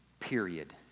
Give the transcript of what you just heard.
Period